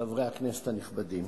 חברי הכנסת הנכבדים,